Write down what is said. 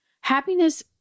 Happiness